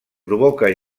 provoca